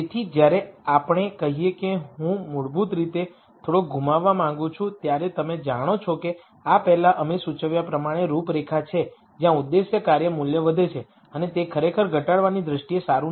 તેથી જ્યારે આપણે કહીએ કે હું મૂળભૂત રીતે થોડો ગુમાવવા માંગું છું ત્યારે તમે જાણો છો કે આ પહેલાં અમે સૂચવ્યા પ્રમાણે રૂપરેખા છે જ્યાં ઉદ્દેશ્ય કાર્ય મૂલ્ય વધે છે અને તે ખરેખર ઘટાડવાની દ્રષ્ટિએ સારું નથી